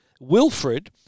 Wilfred